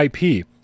IP